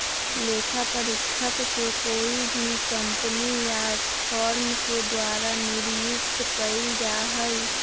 लेखा परीक्षक के कोई भी कम्पनी या फर्म के द्वारा नियुक्त कइल जा हई